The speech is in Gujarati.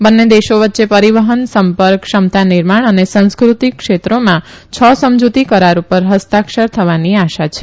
બંને દેશો વચ્ચે પરીવહન સંપર્ક ક્ષમતા નિર્માણ અને સંસ્કૃતિ ક્ષેત્રોમાં છ સમજુતી કરાર ઉપર હસ્તાક્ષર થવાની આશા છે